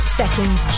seconds